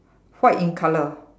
white in colour